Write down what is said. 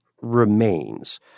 remains